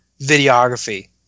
videography